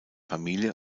familie